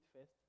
first